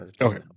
Okay